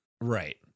Right